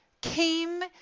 came